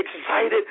excited